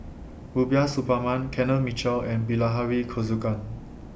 Rubiah Suparman Kenneth Mitchell and Bilahari Kausikan